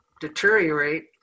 deteriorate